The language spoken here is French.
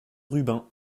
rubin